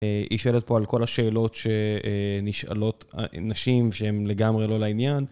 אה... היא שואלת פה על כל השאלות ש.. אה... נשאלות נשים, שהן לגמרי לא לעניין.